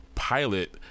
Pilot